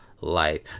life